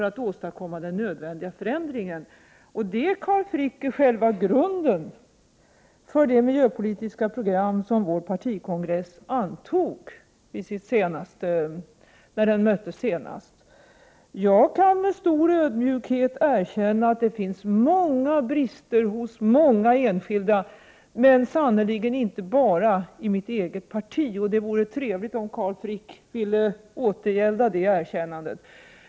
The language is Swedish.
Detta, Carl Frick, är grunden för det miljöpolitiska program som den socialdemokratiska partikongressen antog vid det senaste mötet. Jag kan med stor ödmjukhet erkänna att det finns många brister hos många enskilda, men sannerligen inte bara i vårt eget parti. Det vore trevligt om Carl Frick ville återgälda detta erkännande.